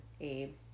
Abe